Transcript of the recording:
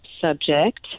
subject